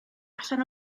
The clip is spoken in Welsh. allan